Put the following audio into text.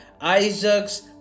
Isaac's